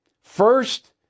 First